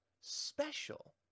special